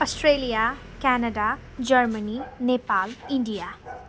Australia Canada Germany Nepal India